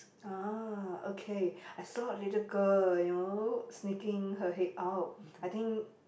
uh okay I saw a little girl you know sneaking her head out I think